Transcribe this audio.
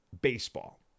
baseball